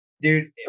dude